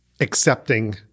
accepting